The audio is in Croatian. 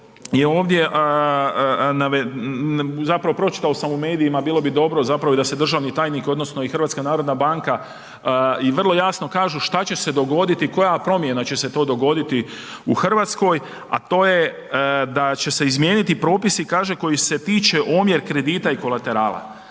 ovdje zapravo pročitao sam u medijima, bilo dobro zapravo i da se državni tajnik odnosno i HNB i vrlo jasno kažu šta će se dogoditi, koja promjena će se to dogoditi u Hrvatskoj a to je da će se izmijeniti propisi kaže koji se tiču omjer kredita i kolaterala.